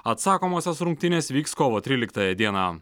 atsakomosios rungtynės vyks kovo trylikąją dieną